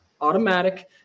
automatic